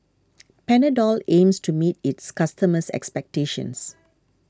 Panadol aims to meet its customers' expectations